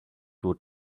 would